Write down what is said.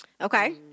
Okay